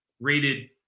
rated